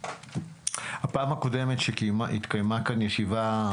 בפעם הקודמת שהתקיימה כאן ישיבה,